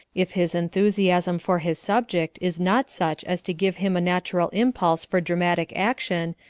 if his enthusiasm for his subject is not such as to give him a natural impulse for dramatic action,